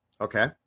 Okay